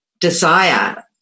desire